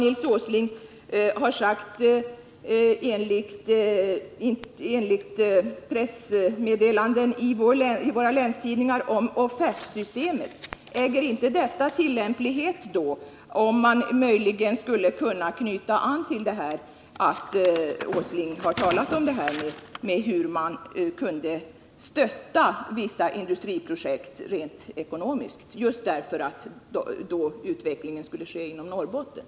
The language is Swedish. Enligt pressmeddelanden i våra länstidningar har Nils Åsling talat om att man skulle kunna stötta vissa industriprojekt rent ekonomiskt just för att utvecklingen skulle ske i Norrbotten.